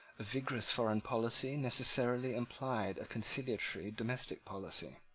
a vigorous foreign policy necessarily implied a conciliatory domestic policy.